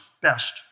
best